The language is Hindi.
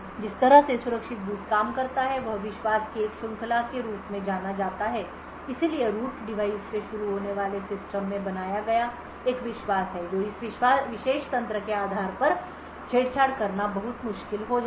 जिस तरह से सुरक्षित बूट काम करता है वह विश्वास की एक श्रृंखला के रूप में जाना जाता है इसलिए रूट डिवाइस से शुरू होने वाले सिस्टम में बनाया गया एक विश्वास है जो इस विशेष तंत्र के आधार पर छेड़छाड़ करना बहुत मुश्किल हो जाता है